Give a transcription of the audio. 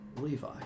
Levi